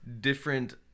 different